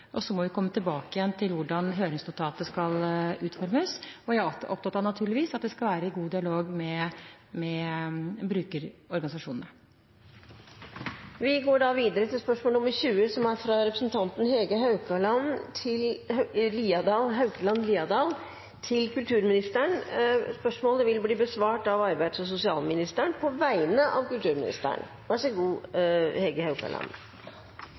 og så må vi komme tilbake til hvordan høringsnotatet skal utformes. Jeg er naturligvis opptatt av at det skal være god dialog med brukerorganisasjonene. Dette spørsmålet, fra Hege Haukeland Liadal til kulturministeren, vil bli besvart av arbeids- og sosialministeren på vegne av kulturministeren,